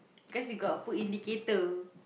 cause you got put indicator